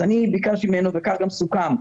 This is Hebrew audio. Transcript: אז ביקשתי ממנו וכך גם סוכם,